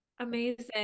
Amazing